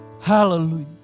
hallelujah